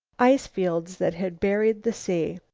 ice-fields that had buried the sea.